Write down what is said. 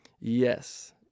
Yes